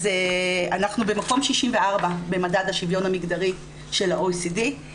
אז אנחנו במקום 64 במדד השוויון המגדרי של ה-OECD,